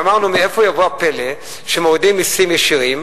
ואמרנו: מאיפה יבוא הפלא שמורידים מסים ישירים,